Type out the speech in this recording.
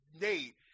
Nate